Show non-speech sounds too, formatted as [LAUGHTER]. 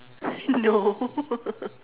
no [LAUGHS]